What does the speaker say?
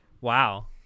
Wow